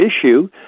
issue